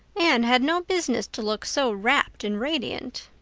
anne had no business to look so rapt and radiant.